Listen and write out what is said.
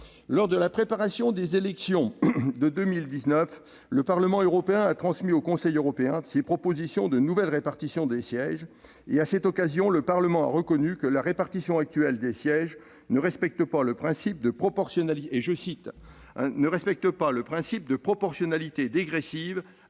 Lors de la préparation des élections de 2019, le Parlement européen a transmis au Conseil européen ses propositions de nouvelle répartition des sièges. À cette occasion, le Parlement a reconnu que « la répartition actuelle des sièges ne respecte pas le principe de proportionnalité dégressive